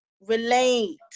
Relate